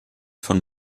von